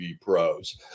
pros